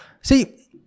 see